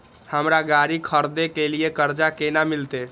हमरा गाड़ी खरदे के लिए कर्जा केना मिलते?